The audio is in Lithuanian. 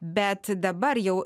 bet dabar jau